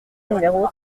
numéro